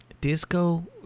Disco